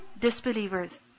Disbelievers